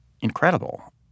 incredible